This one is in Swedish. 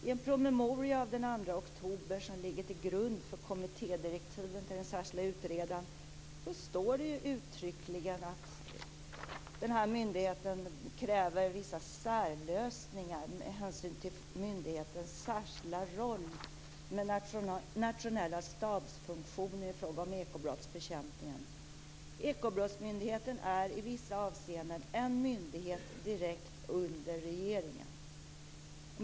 I en promemoria av den 2 oktober som ligger till grund för kommittédirektiven för den särskilde utredaren står uttryckligen att myndigheten kräver vissa särlösningar med hänsyn till myndighetens särskilda roll med nationella stabsfunktioner i fråga om ekobrottsbekämpningen. "Ekobrottsmyndigheten är i vissa avseenden en myndighet direkt under regeringen.